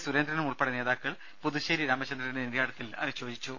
സുരേന്ദ്രനും ഉൾപ്പെടെ നേതാക്കൾ പുതുശ്ശേരി രാമചന്ദ്രന്റെ നിര്യാണത്തിൽ അനുശോചിച്ചു